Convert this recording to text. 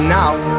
now